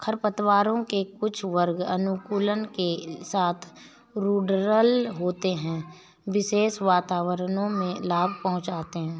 खरपतवारों के कुछ वर्ग अनुकूलन के साथ रूडरल होते है, विशेष वातावरणों में लाभ पहुंचाते हैं